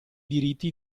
diritti